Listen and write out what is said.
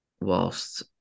whilst